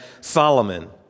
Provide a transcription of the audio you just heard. Solomon